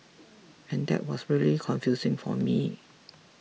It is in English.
and what was really confusing for me